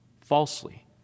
falsely